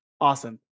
awesome